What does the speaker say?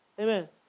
Amen